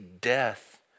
death